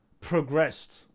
progressed